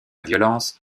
violence